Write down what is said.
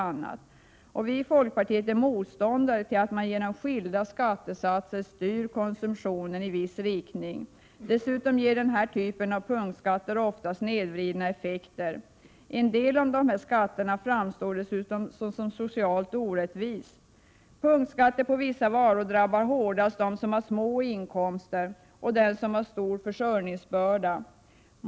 Vi i folkpartiet är motståndare mot att man genom skilda skattesatser styr konsumtionen i viss riktning. Dessutom ger denna typ av punktskatter ofta snedvridna effekter. En del av skatterna framstår dessutom som socialt orättvisa. Punktskatter på vissa varor drabbar hårdast dem som har små inkomster och stora försörjningsbördor.